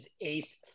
Ace